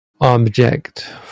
object